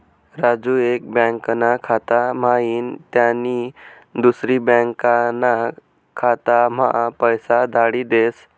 राजू एक बँकाना खाता म्हाईन त्यानी दुसरी बँकाना खाताम्हा पैसा धाडी देस